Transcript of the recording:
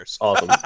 awesome